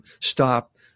stop